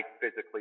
physically